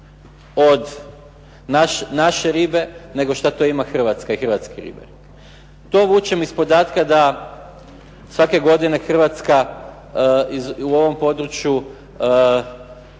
od naše ribe, nego šta to ima Hrvatska i hrvatski ribari. To vučem iz podatka da svake godine Hrvatska i u ovom području